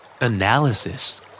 Analysis